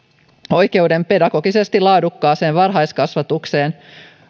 oikeuden pedagogisesti laadukkaaseen varhaiskasvatukseen